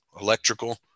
electrical